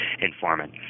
informant